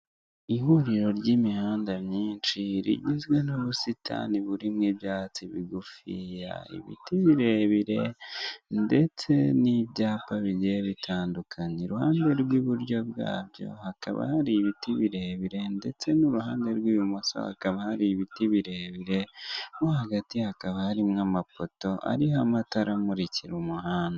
Ihuriro ry'imihanda myinshi rigizwe n'ubusitani burimwo ibyatsi bigufiya, ibiti birebire ndetse n'ibyapa bigiye bitandukanye, iruhande rw'iburyo bwabyo hakaba hari ibiti birebire ndetse n'uruhande rw'ibumoso hakaba hari ibiti birebire, no hagati hakaba harimwo amapoto ariho amatara amurikira umuhanda.